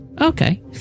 Okay